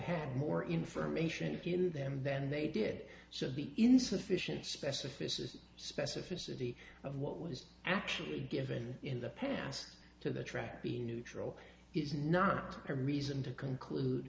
had more information in them than they did so the insufficient specificity specificity of what was actually given in the past to the track being neutral is not a reason to conclude